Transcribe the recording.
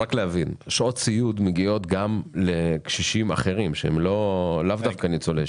שעות סיעוד מגיעות גם לקשישים אחרים שהם לאו דווקא ניצולי שואה.